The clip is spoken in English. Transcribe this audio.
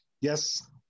Yes